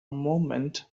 moment